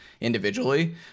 individually